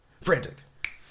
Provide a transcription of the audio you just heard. Frantic